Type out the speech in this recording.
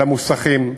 על המוסכים,